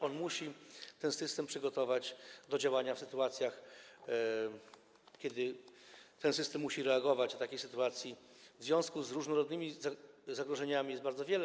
On musi ten system przygotować do działania w sytuacjach, kiedy ten system musi reagować, a takich sytuacji w związku z różnorodnymi zagrożeniami jest bardzo wiele.